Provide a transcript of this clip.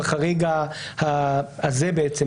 בחריג הזה.